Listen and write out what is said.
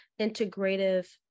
integrative